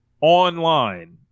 online